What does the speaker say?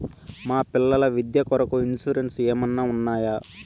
మా పిల్లల విద్య కొరకు ఇన్సూరెన్సు ఏమన్నా ఉన్నాయా?